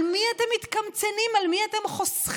על מי אתם מתקמצנים, על מי אתם חוסכים?